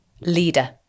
leader